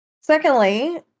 Secondly